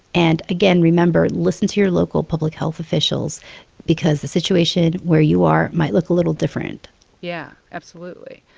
and again, remember listen to your local public health officials because the situation where you are might look a little different yeah, absolutely.